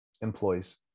employees